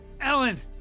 Ellen